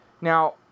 Now